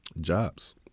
Jobs